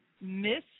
Miss